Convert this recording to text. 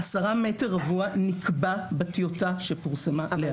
ה-10 מטרים רבועים נקבע בטיוטה שפורסמה להערות הציבור.